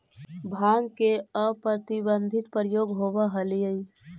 भाँग के अप्रतिबंधित प्रयोग होवऽ हलई